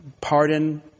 pardon